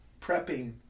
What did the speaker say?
prepping